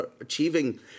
achieving